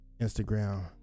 instagram